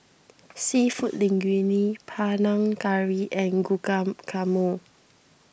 Seafood Linguine Panang Curry and Guacamole